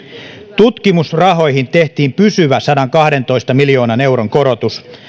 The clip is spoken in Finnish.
tutkimusrahoihin tehtiin pysyvä sadankahdentoista miljoonan euron korotus